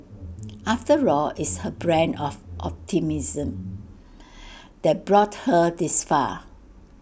after all it's her brand of optimism that brought her this far